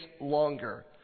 longer